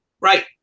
Right